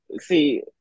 see